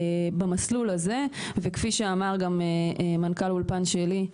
במסלול הזה וכפי שאמר גם מנכ"ל "אולפן שלי",